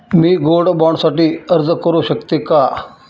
मी gold bond साठी अर्ज करु शकते का?